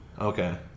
Okay